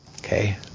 Okay